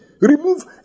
Remove